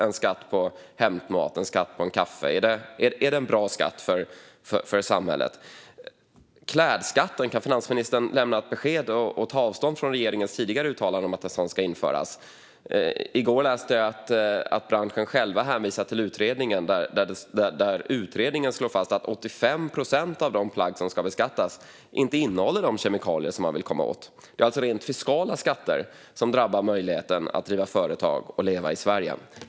En skatt på hämtmat och på att köpa en kaffe - är det en bra skatt för samhället? Kan finansministern lämna ett besked om klädskatten och ta avstånd från regeringens tidigare uttalande om att en sådan ska införas? I går läste jag att branschen själv hänvisar till utredningen, som slår fast att 85 procent av de plagg som ska beskattas inte innehåller de kemikalier som man vill komma åt. Det är alltså rent fiskala skatter, som drabbar möjligheten att driva företag och leva i Sverige.